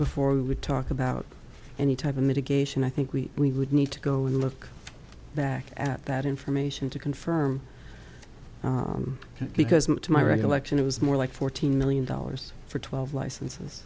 before we would talk about any type of mitigation i think we we would need to go look back at that information to confirm it because to my recollection it was more like fourteen million dollars for twelve licenses